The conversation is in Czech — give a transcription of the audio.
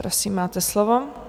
Prosím, máte slovo.